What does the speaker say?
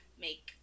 make